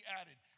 added